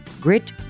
Grit